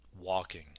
walking